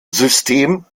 system